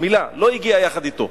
לא הגיעה יחד אתו.